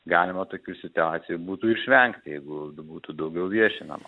galima tokių situacijų būtų išvengti jeigu būtų daugiau viešinama